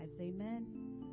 Amen